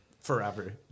forever